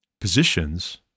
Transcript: positions